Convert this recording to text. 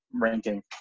ranking